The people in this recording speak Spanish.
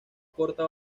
corta